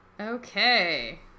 Okay